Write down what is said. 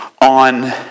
on